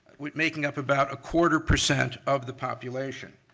making up about a quarter percent of the population.